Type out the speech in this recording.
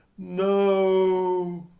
no!